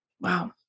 Wow